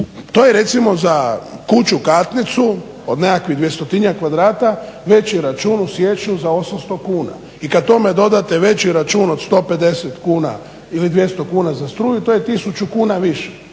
to je recimo za kuću katnicu od nekakvih dvjestotinjak kvadrata veći račun u siječnju za 800 kuna. I kada tome dodate veći račun od 150 kuna ili 200 kuna za struju to je tisuću kuna više.